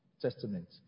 Testament